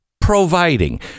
Providing